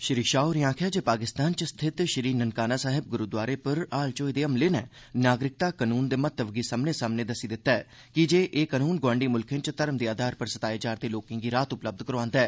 श्री शाह होरें आखेआ जे पाकिस्तान च स्थित श्री ननकाना साहिब गुरूद्वारे पर हाल च होए दे हमले नै नागरिकता कानून दे महत्व गी सब्मनें सामने दस्सी दित्ता ऐ कीजे एह् कानून गवांडी मुल्खें च धर्म दे आघार पर सताये जा'रदे लोकें गी राह्त उपलब्ध करोआंदा ऐ